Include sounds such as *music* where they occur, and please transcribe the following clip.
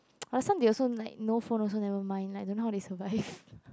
*noise* last time they also like no phone also never mind now don't know how they survive *laughs*